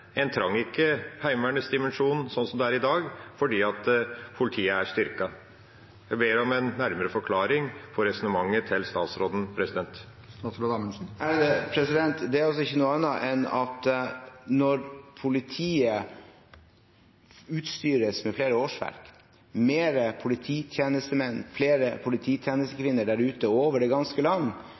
trengte ikke Heimevernets dimensjon sånn som det er i dag, fordi politiet er styrket. Jeg ber om en nærmere forklaring på resonnementet til statsråden. Det er ikke noe annet enn at når politiet utstyres med flere årsverk, mer polititjenestemenn, flere polititjenestekvinner der ute, over det ganske land,